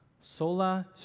Sola